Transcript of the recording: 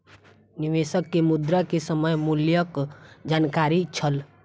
निवेशक के मुद्रा के समय मूल्यक जानकारी छल